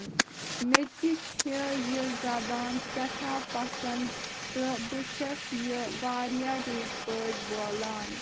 مےٚ تہِ چھِ یہِ زَبان سٮ۪ٹھاہ پَسَنٛد تہٕ بہٕ چھس یہِ واریاہ رٕتۍ پٲٹھۍ بولان